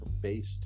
based